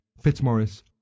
Fitzmaurice